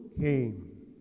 came